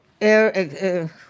air